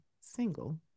single